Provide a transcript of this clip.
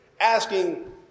asking